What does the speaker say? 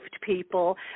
people